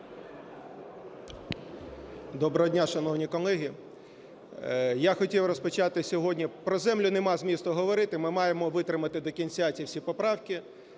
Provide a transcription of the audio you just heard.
Доброго дня, шановні колеги! Я хотів розпочати сьогодні… про землю нема змісту говорити, ми маємо витримати до кінця ті всі поправки.